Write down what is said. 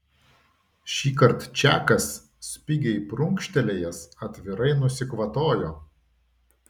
šįkart čakas spigiai prunkštelėjęs atvirai nusikvatojo